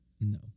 No